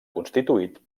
constituït